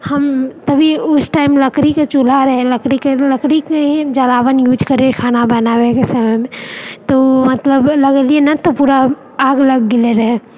हम तभी उस टाइम लकड़ी के चूल्हा रहै लकड़ी लकड़ीके ही जलावन यूज करै खाना बनाबै के समयमे तो मतलब लगेलियै ने तऽ पूरा आग लग गेल रहै